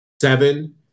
seven